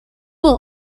were